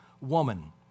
woman